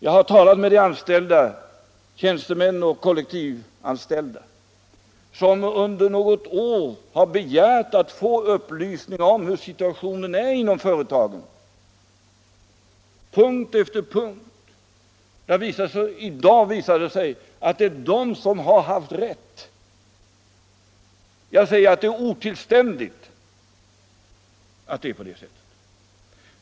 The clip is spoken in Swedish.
Jag har talat med tjänstemän och kollektivanställda, som under något år har begärt att få upplysningar om hur situationen är inom företagen — på punkt efter punkt. I dag visar det sig att det är de anställda som haft rätt. Det är otillständigt att det är på det sättet.